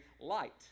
light